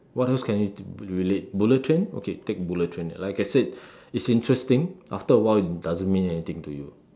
what else can you relate bullet train okay take bullet train like I said it's interesting after a while it doesn't mean anything to you